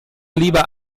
lieber